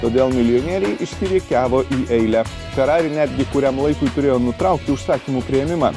todėl milijonieriai išsirikiavo į eilę ferrari netgi kuriam laikui turėjo nutraukti užsakymų priėmimą